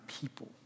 people